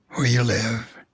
where you live,